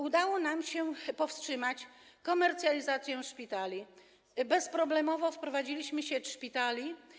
Udało nam się powstrzymać komercjalizację szpitali, bezproblemowo wprowadziliśmy sieć szpitali.